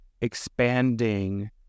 expanding